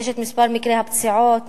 מספר מקרי הפציעות,